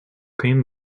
cream